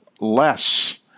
less